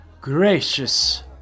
Gracious